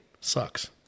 sucks